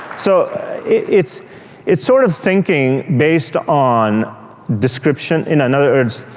so it's it's sort of thinking based on description. in and other words,